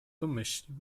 domyślił